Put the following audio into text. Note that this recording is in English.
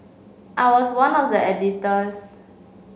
I was one of the editors